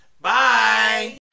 bye